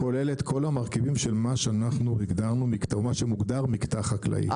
הוא כולל את כל המרכיבים שמה שמוגדר מקטע חקלאי,